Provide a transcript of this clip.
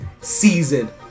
season